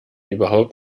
überhaupt